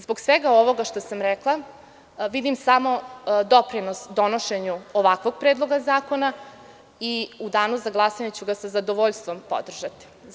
Zbog svega ovoga što sam rekla, vidim samo doprinos donošenju ovakvog predloga zakona i u danu za glasanje ću ga sa zadovoljstvom podržati.